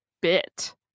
bit